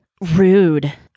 rude